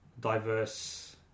diverse